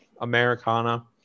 Americana